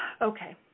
Okay